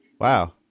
Wow